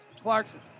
Clarkson